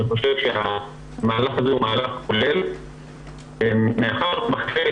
אני חושב שהמהלך הזה הוא מהלך --- מאחר ובחמ"ד